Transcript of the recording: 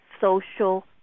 social